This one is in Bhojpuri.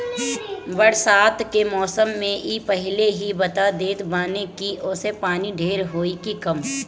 बरसात के मौसम में इ पहिले ही बता देत बाने की असो पानी ढेर होई की कम